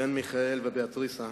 בן מיכאל וביאטריס,